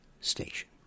station